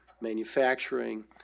manufacturing